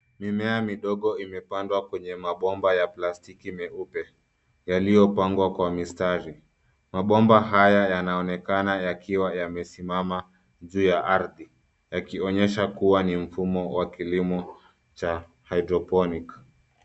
Mimea midogo imepandwa kwenye mabomba ya plastiki meupe, yakiopangwa kwa mistari. Mabomba haya yanonekana yakiwa yamesimama juu ya ardhi, yakionyesha kuwa ni mfumo wa kilimo cha hydroponic .